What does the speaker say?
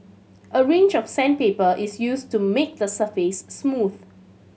a range of sandpaper is used to make the surface smooth